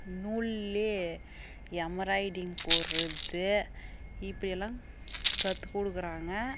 நூலில் எமராய்டிங் போடுறது இப்போ எல்லாம் கற்று கொடுக்குறாங்க